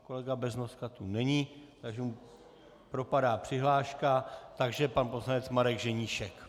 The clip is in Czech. Pan kolega Beznoska tu není, takže mu propadá přihláška, takže pan poslanec Marek Ženíšek.